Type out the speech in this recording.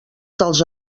dels